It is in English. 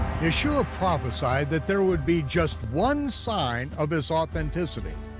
yeshua prophesied that there would be just one sign of his authenticity.